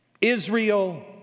Israel